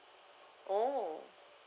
oh